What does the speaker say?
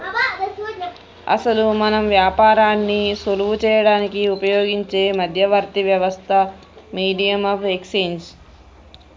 అసలు మనం వ్యాపారాన్ని సులువు చేయడానికి ఉపయోగించే మధ్యవర్తి వ్యవస్థ మీడియం ఆఫ్ ఎక్స్చేంజ్